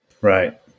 right